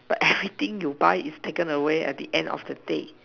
but everything you buy is taken away at the end of the day